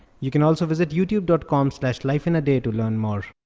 you can also visit youtube dot com slash lifeinaday to learn more.